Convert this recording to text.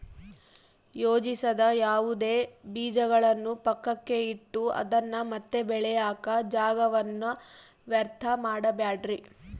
ಯೋಜಿಸದ ಯಾವುದೇ ಬೀಜಗಳನ್ನು ಪಕ್ಕಕ್ಕೆ ಇಟ್ಟು ಅದನ್ನ ಮತ್ತೆ ಬೆಳೆಯಾಕ ಜಾಗವನ್ನ ವ್ಯರ್ಥ ಮಾಡಬ್ಯಾಡ್ರಿ